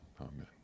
amen